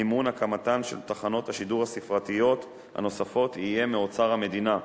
מימון הקמתן של תחנות השידור הספרתיות הנוספות יהיה מאוצר המדינה,